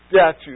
statue